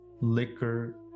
liquor